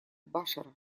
башира